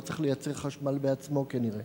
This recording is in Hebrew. הוא היה צריך לייצר חשמל בעצמו, כנראה.